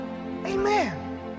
Amen